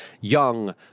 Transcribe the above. young